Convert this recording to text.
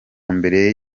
mbere